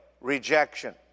rejection